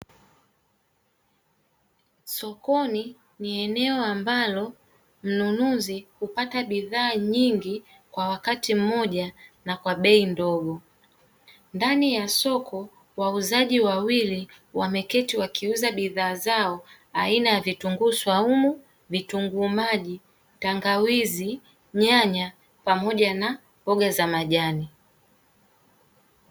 Sokoni ni eneo ambalo mnunuzi hupata bidhaa nyingi kwa wakati mmoja na kwa bei ndogo, ndani ya soko wauzaji wawili wameketi wakiuza bidhaa zao aina ya: vitunguu swaumu, vitunguu maji, tangawizi, nyanya pamoja na mboga za majani.